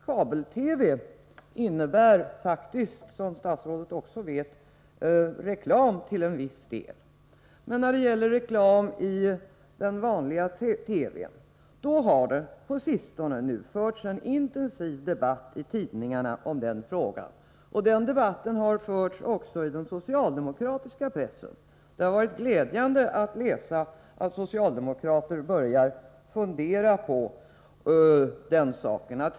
Kabel-TV innebär faktiskt, som statsrådet också vet, reklam till en viss del, men när det gäller reklam i den vanliga TV-n har det på sistone förts en intensiv debatt i tidningarna. Debatt har också förts i den socialdemokratiska pressen. Det har varit glädjande att läsa att socialdemokrater börjar fundera på saken.